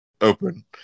open